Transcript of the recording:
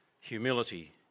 humility